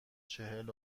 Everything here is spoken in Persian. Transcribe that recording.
چهل